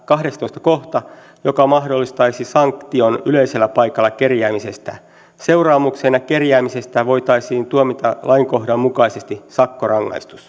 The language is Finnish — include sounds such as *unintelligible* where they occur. kahdestoista kohta joka mahdollistaisi sanktion yleisellä paikalla kerjäämisestä seuraamuksena kerjäämisestä voitaisiin tuomita lainkohdan mukaisesti sakkorangaistus *unintelligible*